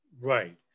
Right